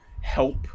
help